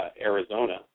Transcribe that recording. Arizona